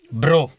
bro